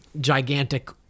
gigantic